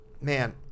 man